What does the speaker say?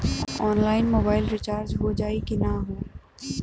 Online mobile recharge हो जाई की ना हो?